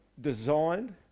designed